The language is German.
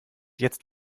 jetzt